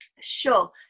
Sure